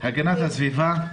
הגנת הסביבה.